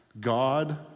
God